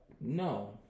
No